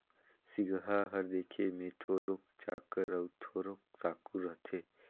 सिगहा हर देखे मे थोरोक चाकर अउ थोरोक साकुर रहथे